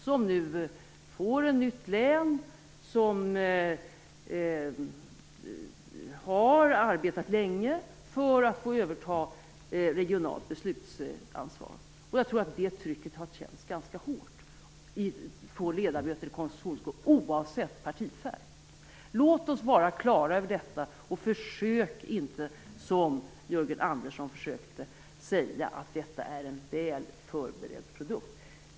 Skåne blir ett nytt län, och man har arbetat länge för att få ta regionalt beslutsansvar där. Jag tror att det trycket har känts ganska hårt för ledamöter i konstitutionsutskottet, oavsett partifärg. Låt oss vara klara över detta. Försök inte, som Jörgen Andersson gjorde, säga att produkten är väl förberedd.